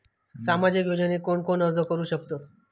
सामाजिक योजनेक कोण कोण अर्ज करू शकतत?